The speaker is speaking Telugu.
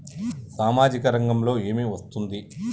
సామాజిక రంగంలో ఏమి వస్తుంది?